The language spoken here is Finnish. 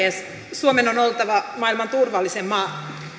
suomen on on oltava maailman turvallisin maa